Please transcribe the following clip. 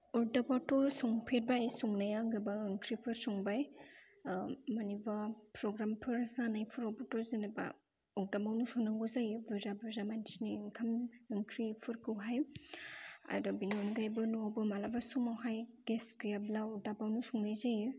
अरदाबावथ' संफेरबाय संनाया गोबां ओंख्रिफोर संबाय मानिबा प्रग्रामफोर जानायफोरावबोथ' जेनेबा अरदाबावनो संनांगौ जायो बुरजा बुरजा मानसिनि ओंखाम ओंख्रिफोरखौहाय आरो बिनि अनगायैबो न'आवबो माब्लाबा समावहाय गेस गैयाब्ला अरदाबावनो संनाय जायो